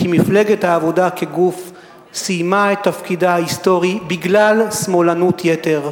כי מפלגת העבודה כגוף סיימה את תפקידה ההיסטורי בגלל שמאלנות-יתר,